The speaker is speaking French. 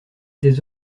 des